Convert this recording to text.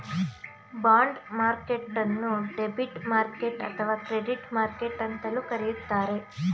bond ಮಾರ್ಕೆಟ್ಟನ್ನು debit market ಅಥವಾ credit market ಅಂತಲೂ ಕರೆಯುತ್ತಾರೆ